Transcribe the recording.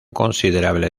considerable